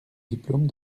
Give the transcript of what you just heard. diplôme